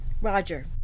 Roger